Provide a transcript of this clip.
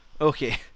Okay